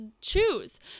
choose